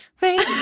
Wait